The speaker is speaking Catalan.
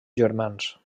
germans